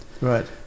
Right